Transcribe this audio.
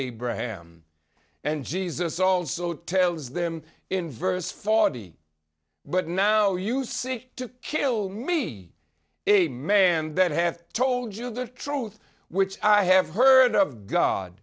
abraham and jesus also tells them in verse forty but now you see to kill me a man that have told you the truth which i have heard of god